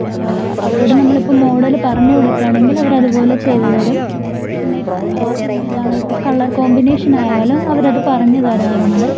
അവരോട് നമ്മളിപ്പം മോഡല് പറഞ്ഞ് കൊടുക്കുകയാണെങ്കിൽ അവരത് പോലെ ചെയ്ത് തരും പിന്നെ ഏതാണ് ഇപ്പോൾ കളർ കോമ്പിനേഷനായാലും അവരത് പറഞ്ഞ് തരാറുണ്ട്